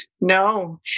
No